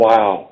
Wow